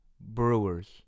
Brewers